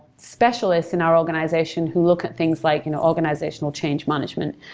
specialists in our organization who look at things like and organizational change management.